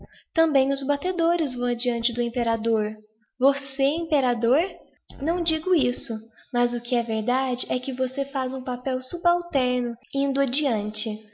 também os batedores vão adiante do imperador você imperador não digo isso mas o que é verdade é que você faz um papel subalterno indo adiante